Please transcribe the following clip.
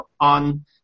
on